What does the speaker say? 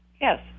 Yes